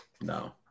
no